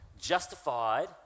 Justified